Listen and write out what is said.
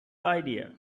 idea